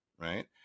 right